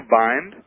bind